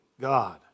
God